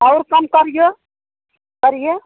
और कम करिए करिए